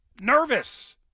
nervous